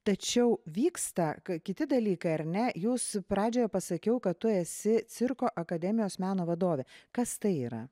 tačiau vyksta kai kiti dalykai ar ne jūsų pradžioje pasakiau kad tu esi cirko akademijos meno vadovė kas tai yra